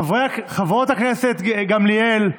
חברת הכנסת גמליאל,